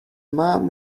mum